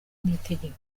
n’itegeko